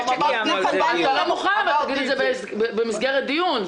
גם אמרתי את זה במסגרת דיון.